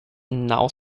now